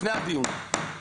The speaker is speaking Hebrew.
אני בדקתי את זה, לפני הדיון.